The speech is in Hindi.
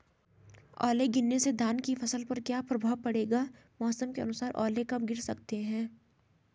ओले गिरना से धान की फसल पर क्या प्रभाव पड़ेगा मौसम के अनुसार ओले कब गिर सकते हैं?